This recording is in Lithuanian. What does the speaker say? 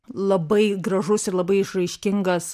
labai gražus ir labai išraiškingas